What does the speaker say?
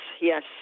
yes